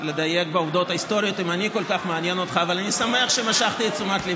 אני מזמין אותך לבדוק.